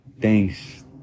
thanks